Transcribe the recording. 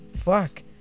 Fuck